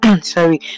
Sorry